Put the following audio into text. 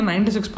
96